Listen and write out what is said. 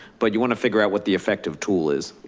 but you wanna figure out what the effective tool is.